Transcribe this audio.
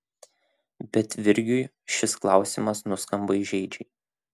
bet virgiui šis klausimas nuskamba įžeidžiai